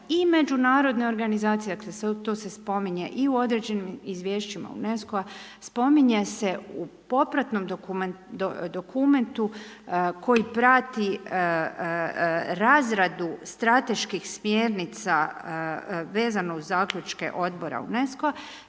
i međunarodne organizacije, a to se spominje i u određenim izvješćima UNESCO-a, spominje se u popravnom dokumentu, koji prati razradu strateških smjernica, vezano uz zaključke odbora UNESCO-a,